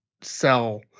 sell